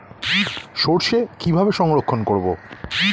সরষে কিভাবে সংরক্ষণ করব?